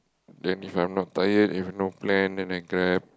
then if I'm not tired If I no plan then I grab